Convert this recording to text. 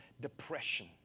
depression